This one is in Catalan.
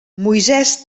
moisès